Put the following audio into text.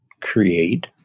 create